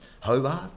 Hobart